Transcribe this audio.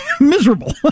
miserable